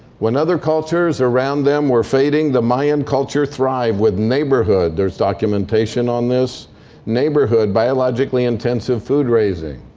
when other cultures around them were fading, the mayan culture thrived with neighborhood there's documentation on this neighborhood biologically-intensive food-raising.